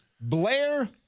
Blair